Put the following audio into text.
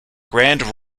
grand